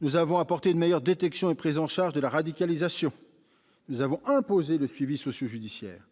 Nous avons amélioré la détection et la prise en charge de la radicalisation en imposant le suivi socio-judiciaire.